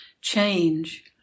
change